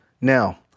Now